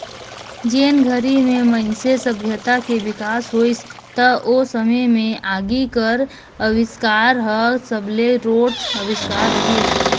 जेन घरी में मइनसे सभ्यता के बिकास होइस त ओ समे में आगी कर अबिस्कार हर सबले रोंट अविस्कार रहीस